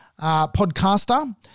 podcaster